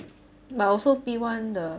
but also P one the